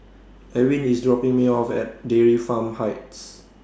Ewin IS dropping Me off At Dairy Farm Heights